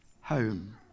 home